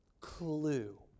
clue